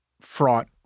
fraught